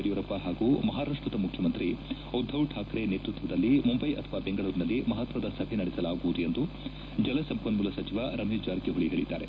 ಯಡಿಯೂರಪ್ಪ ಹಾಗೂ ಮಹಾರಾಷ್ಷದ ಮುಖ್ಯಮಂತ್ರಿ ಉದ್ದವ್ ಕಾಕ್ರೆ ನೇತೃತ್ವದಲ್ಲಿ ಮುಂದೈ ಅಥವಾ ಬೆಂಗಳೂರಿನಲ್ಲಿ ಮಹತ್ವದ ಸಭೆ ನಡೆಸಲಾಗುವುದು ಎಂದು ಜಲ ಸಂಪನ್ಮೂಲ ಸಚಿವ ರಮೇಶ ಜಾರಕಿಹೊಳಿ ಹೇಳಿದ್ದಾರೆ